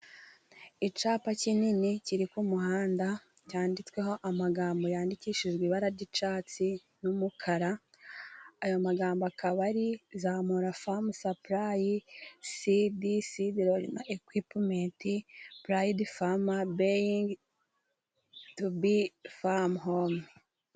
Icapa kinini kiri ku umuhanda cyanditsweho amagambo yandikishijwe ibara ry'icatsi n'umukara, aya magambo akaba ari zamura famu sapulayi fidi sidi larije, ekwipumenti purayide famuzi, buringi de famu home.